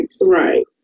Right